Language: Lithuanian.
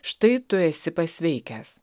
štai tu esi pasveikęs